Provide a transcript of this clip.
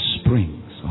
springs